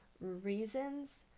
reasons